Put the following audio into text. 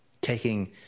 Taking